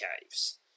caves